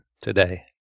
today